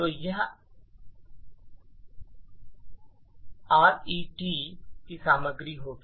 तो यह आरईटी की सामग्री होगी